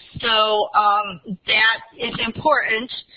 so that is important.